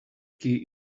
key